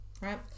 right